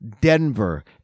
denver